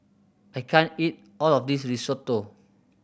I can't eat all of this Risotto